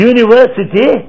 University